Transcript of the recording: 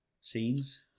scenes